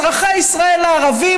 אזרחי ישראל הערבים,